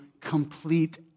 complete